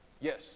Yes